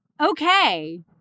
Okay